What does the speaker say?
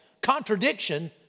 contradiction